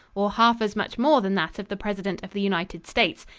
or half as much more than that of the president of the united states,